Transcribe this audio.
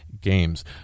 games